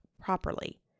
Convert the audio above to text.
properly